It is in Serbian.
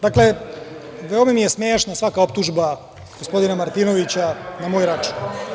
Dakle, veoma mi je smešna svaka optužba gospodina Martinovića na moj račun.